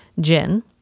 gin